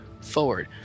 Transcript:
forward